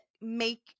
make